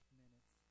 minutes